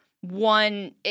one